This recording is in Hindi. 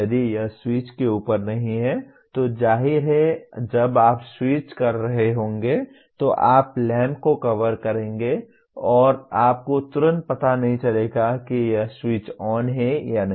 यदि यह स्विच के ऊपर नहीं है तो जाहिर है जब आप स्विच कर रहे होंगे तो आप लैंप को कवर करेंगे और आपको तुरंत पता नहीं चलेगा कि यह स्विच ऑन है या नहीं